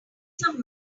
some